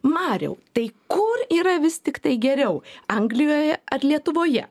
mariau tai kur yra vis tiktai geriau anglijoje ar lietuvoje